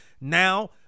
Now